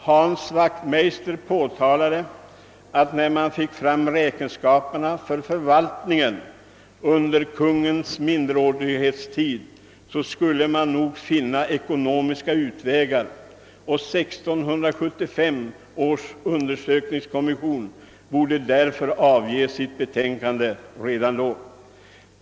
Hans Wachtmeister sade att när man fick fram räkenskaperna för förvaltningen under kungens minderårighet skulle man nog finna ekonomiska utvägar, och 1675 års undersökningskommission borde därför avge sitt betänkande redan då.